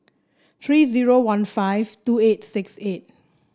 three zero one five two eight six eight